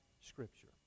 scripture